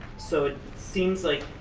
so, it seems like,